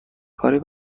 کاری